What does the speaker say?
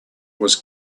was